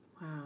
Wow